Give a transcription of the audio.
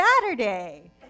Saturday